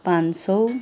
पाँच सौ